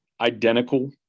identical